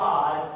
God